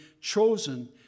chosen